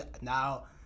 now